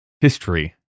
history